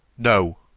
no!